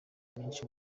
myinshi